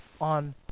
on